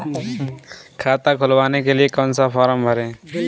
खाता खुलवाने के लिए कौन सा फॉर्म भरें?